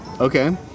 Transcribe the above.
Okay